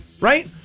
Right